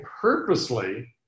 purposely